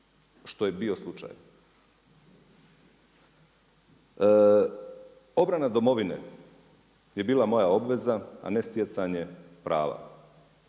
što je bio slučaj. Obrana domovine je bila moja obveza, a ne stjecanje prava,